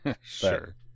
Sure